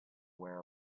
aware